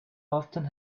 often